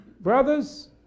Brothers